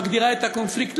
שמגדירה את הקונפליקט,